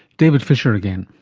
david fisher again.